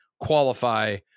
qualify